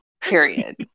period